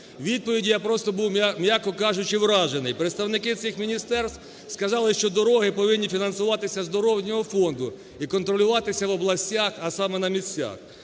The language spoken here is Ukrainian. Відповіді я просто був, м'яко кажучи, вражений. Представники цих міністерств сказали, що дороги повинні фінансуватися з дорожнього фонду і контролюватися в областях, а саме на місцях.